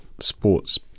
sports